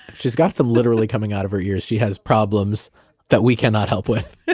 she's got them literally coming out of her ears. she has problems that we cannot help with